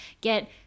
get